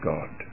God